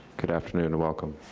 good afternoon, and welcome.